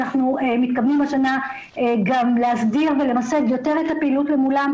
אנחנו מתכוונים השנה גם להסדיר ולמסד יותר את הפעילות למולם,